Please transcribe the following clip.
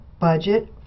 budget